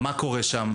מה קורה שם?